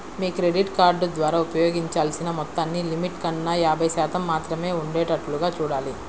మీ credit card ద్వారా వినియోగించాల్సిన మొత్తాన్ని లిమిట్ కన్నా యాభై శాతం మాత్రమే ఉండేటట్లుగా చూడాలి